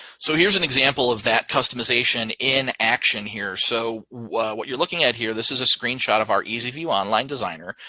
so here's an example of that customization in action here. so what what you're looking at here, this is a screenshot of our easy view online designer.